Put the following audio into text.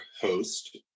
host